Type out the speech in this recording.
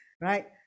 right